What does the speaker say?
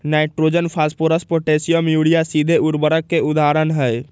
nitrogen, phosphorus, potassium, urea सीधे उर्वरक के उदाहरण हई